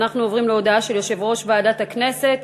אנחנו עוברים להודעה של יושב-ראש ועדת הכנסת,